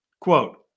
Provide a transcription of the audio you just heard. Quote